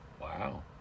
Wow